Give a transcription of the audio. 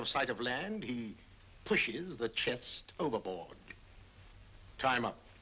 of sight of land he pushes the chest overboard time